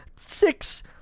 six